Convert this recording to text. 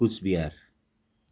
Cooch Behar